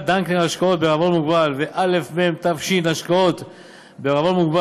דנקנר השקעות בע"מ וא.מ.ת.ש השקעות בע"מ,